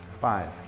Five